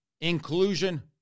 Inclusion